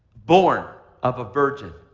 born of a virgin.